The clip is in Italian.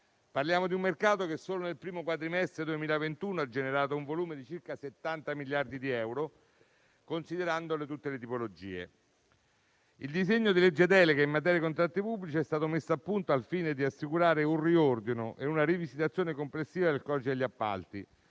Parliamo di un mercato che solo nel primo quadrimestre 2021 ha generato un volume di circa 70 miliardi di euro, considerando tutte le tipologie. Il disegno di legge delega in materia di contratti pubblici è stato messo a punto al fine di assicurare un riordino e una rivisitazione complessiva del codice degli appalti,